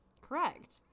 Correct